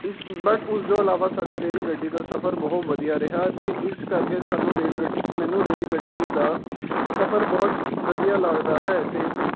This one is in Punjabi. ਇਸ ਬਟ ਉਸ ਤੋਂ ਇਲਾਵਾ ਸਾਡਾ ਰੇਲ ਗੱਡੀ ਦਾ ਸਫਰ ਬਹੁਤ ਵਧੀਆ ਰਿਹਾ ਅਤੇ ਇਸ ਕਰਕੇ ਸਾਨੂੰ ਰੇਲ ਗ ਮੈਨੂੰ ਰੇਲ ਗੱਡੀ ਦਾ ਸਫਰ ਬਹੁਤ ਵਧੀਆ ਲੱਗਦਾ ਹੈ ਅਤੇ